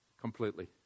completely